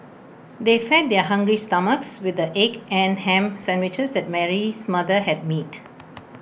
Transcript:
they fed their hungry stomachs with the egg and Ham Sandwiches that Mary's mother had made